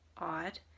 odd